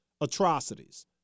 atrocities